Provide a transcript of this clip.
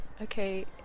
Okay